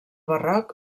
barroc